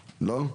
לא?.